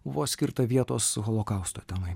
buvo skirta vietos holokausto temai